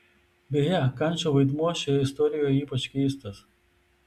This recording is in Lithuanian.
beje kančo vaidmuo šioje istorijoje ypač keistas